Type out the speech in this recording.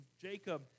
Jacob